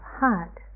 heart